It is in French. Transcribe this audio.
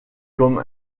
comme